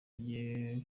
agiye